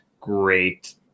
great